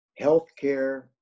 healthcare